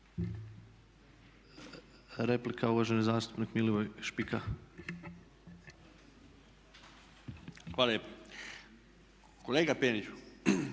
Replika uvaženi zastupnik Milivoj Špika. Izvolite.